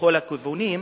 ומכל הכיוונים,